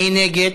מי נגד?